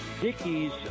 Dickies